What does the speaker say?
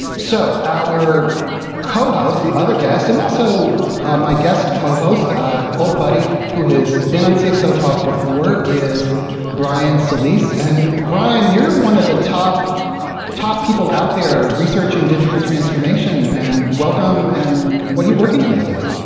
so our cohost, the other guest, and also my guest co-host, an ah old buddy who has been on cxotalk before is brian solis. and brian, you're one of the top top people out there researching digital transformation. and welcome. and what are you working on these days?